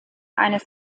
eines